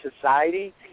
society